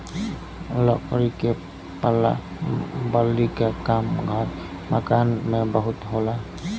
लकड़ी के पल्ला बल्ली क काम घर मकान में बहुत होला